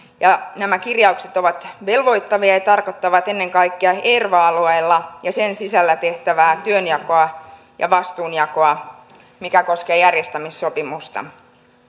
ja nämä kirjaukset ovat velvoittavia ja tarkoittavat ennen kaikkea erva alueella ja sen sisällä tehtävää työnjakoa ja vastuunjakoa joka koskee järjestämissopimusta